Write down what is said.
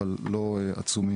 אבל לא עצומים,